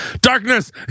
Darkness